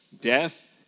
death